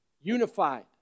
unified